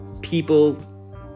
People